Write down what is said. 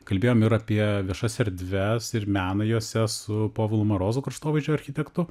kalbėjom ir apie viešas erdves ir meną jose su povilu marozu kraštovaizdžio architektu